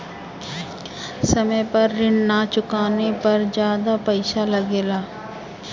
समय पर ऋण ना चुकाने पर ज्यादा पईसा लगेला?